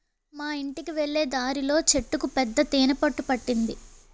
మా యింటికి వెళ్ళే దారిలో చెట్టుకు పెద్ద తేనె పట్టు పట్టింది